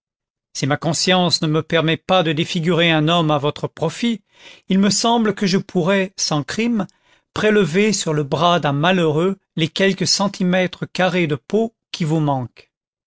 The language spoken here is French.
si ma conscience ne me permet pas de défigurer un homme à votre profit il me semble que je pourrais sans crime prélever sur le bras d'un malheureux les quelques centimètres carrés de peau qui vous manquent